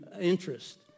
interest